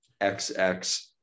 XX